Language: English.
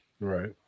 Right